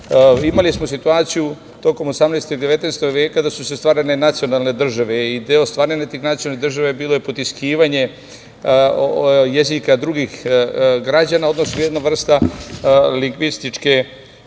smo situaciju, tokom 18. i 19. veka da su se stvarale nacionalne države i deo stvaranja tih nacionalnih država je bilo potiskivanje jezika drugih građana, odnosno jedna vrsta stvaranja